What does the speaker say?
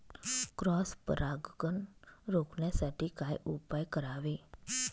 Cross परागकण रोखण्यासाठी काय उपाय करावे?